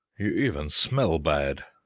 you even smell bad!